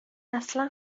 اصلا